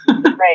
Right